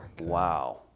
wow